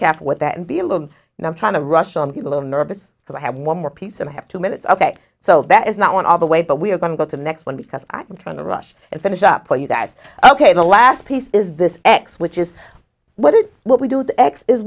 careful with that and be able and i'm trying to rush on a little nervous because i have one more piece and i have two minutes ok so that is not want all the way but we are going to go to the next one because i'm trying to rush to finish up for you that ok the last piece is this x which is what it what we do the x is